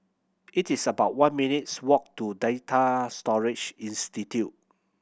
it is about one minutes' walk to Data Storage Institute